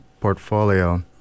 portfolio